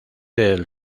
del